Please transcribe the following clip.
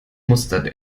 mustert